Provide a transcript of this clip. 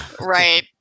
Right